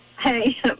Hey